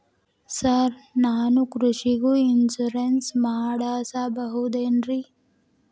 Sir ನಾನು ಕೃಷಿಗೂ insurance ಮಾಡಸಬಹುದೇನ್ರಿ?